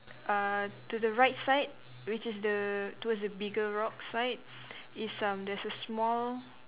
uh to the right side which is the towards the bigger rocks side is um there's a small